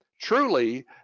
truly